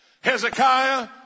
Hezekiah